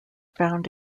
found